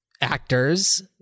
actors